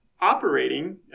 operating